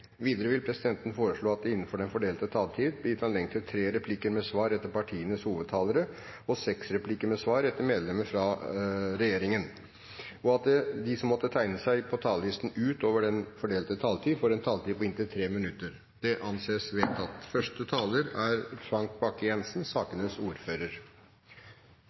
Videre vil presidenten foreslå at det innenfor den fordelte taletiden blir gitt anledning til inntil tre replikker med svar etter partienes hovedtalere og seks replikker med svar etter innlegg fra medlemmer av regjeringen. Videre blir det foreslått at de som måtte tegne seg på talerlisten utover den fordelte taletid, får en taletid på inntil 3 minutter. – Det anses vedtatt.